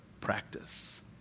practice